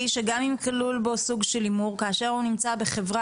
שגם אם כלול בו סוג של הימור כאשר הוא נמצא של,